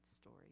story